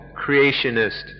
creationist